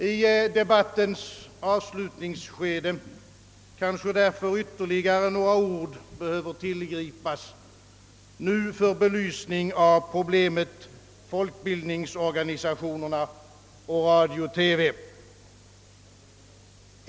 I debattens avslutningsskede kanske därför ytterligare några ord behöver sägas, nu för belysning av problemet folkbildningsorganisationerna och radio-TV.